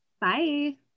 bye